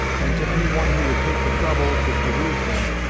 and to any one who would take the trouble to peruse them,